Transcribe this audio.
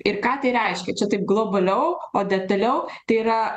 ir ką tai reiškia čia taip globaliau o detaliau tai yra